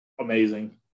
amazing